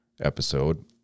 episode